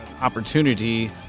opportunity